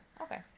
Okay